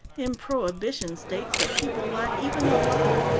in prohibition states the people lack even the latter,